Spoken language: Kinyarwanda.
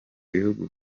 bihugu